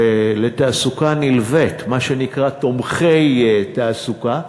ותעסוקה נלווית, מה שנקרא תומכי תעסוקה,